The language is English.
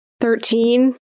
Thirteen